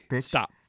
stop